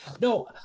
No